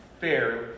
Fair